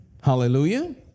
Hallelujah